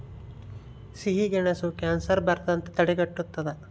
ಸಿಹಿಗೆಣಸು ಕ್ಯಾನ್ಸರ್ ಬರದಂತೆ ತಡೆಗಟ್ಟುತದ